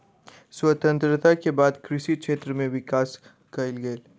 स्वतंत्रता के बाद कृषि क्षेत्र में विकास कएल गेल